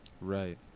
right